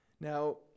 Now